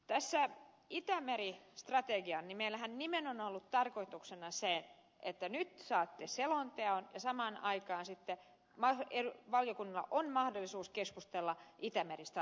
tässä itämeri strategiassahan meillä nimenomaan on ollut tarkoituksena se että nyt saatte selonteon ja samaan aikaan sitten valiokunnalla on mahdollisuus keskustella itämeri strategiasta